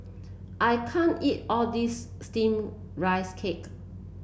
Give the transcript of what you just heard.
I can't eat all this steamed Rice Cake